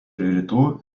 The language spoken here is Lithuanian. rytų